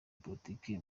politike